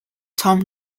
tom